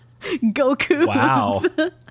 Goku